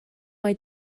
mai